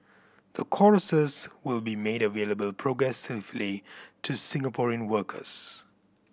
the courses will be made available progressively to Singaporean workers